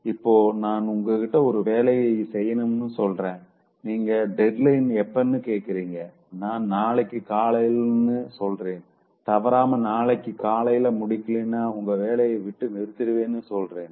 இப்போ நான் உங்ககிட்ட ஒரு வேலையை செய்யணும்னு சொல்றேன் நீங்க டெட்லைன் எப்பன்னு கேக்குறீங்க நான் நாளைக்கு காலையிலனு சொல்றேன் தவறாம நாளைக்கு காலையில முடிக்கலைன்னா உங்கள வேலைய விட்டு நிறுத்திருவேனு சொல்றேன்